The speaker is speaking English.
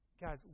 Guys